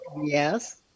Yes